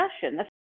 discussion